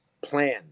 plan